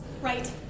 Right